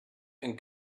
and